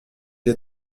est